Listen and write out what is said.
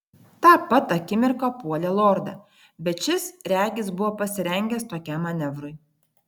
tą pat akimirką puolė lordą bet šis regis buvo pasirengęs tokiam manevrui